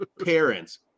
Parents